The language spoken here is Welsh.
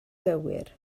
gywir